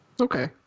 Okay